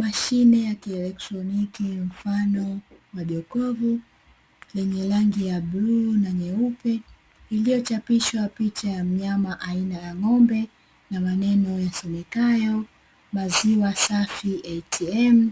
Mashine ya kielektroniki mfano wa jokofu yenye rangi ya bluu na nyeupe. Iliyochapishwa picha ya mnyama aina ya ng'ombe na maneno yasomekayo maziwa safi "ATM",